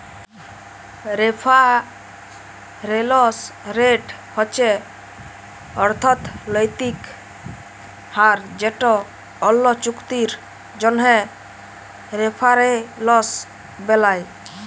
referrals rate হছে অথ্থলৈতিক হার যেট অল্য চুক্তির জ্যনহে রেফারেলস বেলায়